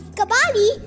Kabali